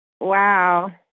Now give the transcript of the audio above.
Wow